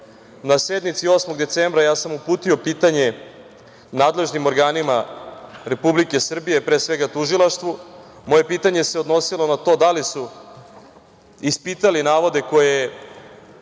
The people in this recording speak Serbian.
Na sednici 8. decembra ja sam uputio pitanje nadležnim organima Republike Srbije, pre svega tužilaštvu. Moje pitanje se odnosilo na to da li su ispitali navode koje